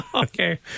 Okay